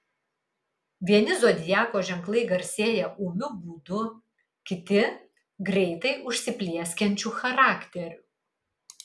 vieni zodiako ženklai garsėja ūmiu būdu kiti greitai užsiplieskiančiu charakteriu